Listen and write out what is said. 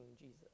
Jesus